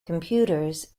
computers